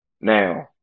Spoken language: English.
now